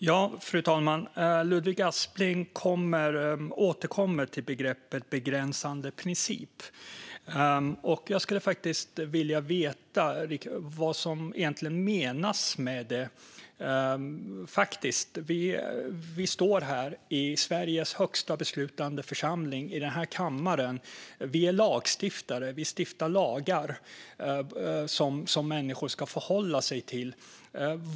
Fru talman! Ludvig Aspling återkommer till begreppet "begränsande princip". Jag skulle vilja veta vad som egentligen menas med det. Vi står här i Sveriges högsta beslutande församling, i den här kammaren. Vi är lagstiftare. Vi stiftar lagar som människor ska förhålla sig till.